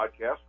podcast